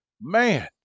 man